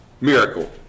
miracle